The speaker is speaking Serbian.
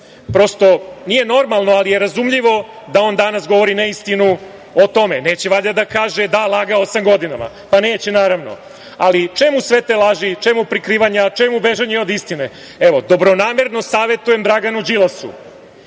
Prosto, nije normalno, ali je razumljivo da on danas govori ne istinu o tome. Neće valjda da kaže – da, lagao sam godinama. Neće, naravno. Čemu sve te žali? Čemu prikrivanja? Čemu bežanje od istine? Dobronamerno savetujem Draganu Đilasu